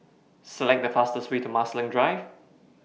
Select The fastest Way to Marsiling Drive